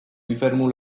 infernu